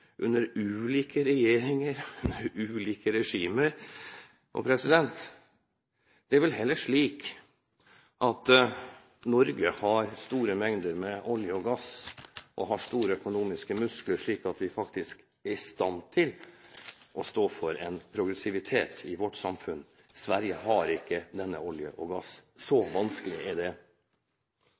under ulike regjeringer og ulike regimer. Det er vel heller slik at Norge har store mengder med olje og gass og har store økonomiske muskler, slik at vi faktisk er i stand til å stå for en progressivitet i vårt samfunn. Sverige har ikke olje og gass. Så vanskelig er det.